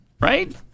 right